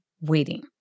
waiting